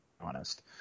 honest